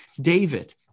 David